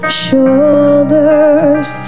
shoulders